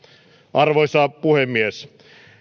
arvoisa puhemies